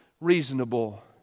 Reasonable